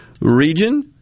region